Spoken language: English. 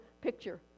picture